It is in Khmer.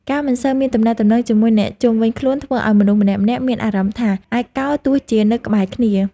ការមិនសូវមានទំនាក់ទំនងជាមួយអ្នកជុំវិញខ្លួនធ្វើឱ្យមនុស្សម្នាក់ៗមានអារម្មណ៍ថា ឯកោទោះជានៅក្បែរគេ។